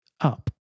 up